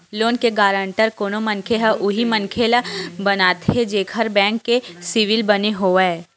loan के guarantor कोनो मनखे ह उही मनखे ल बनाथे जेखर बेंक के सिविल बने होवय